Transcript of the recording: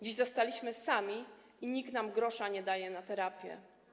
Dziś zostaliśmy sami i nikt nam grosza nie daje na terapię.